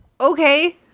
Okay